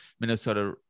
minnesota